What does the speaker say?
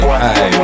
hey